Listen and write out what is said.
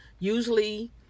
usually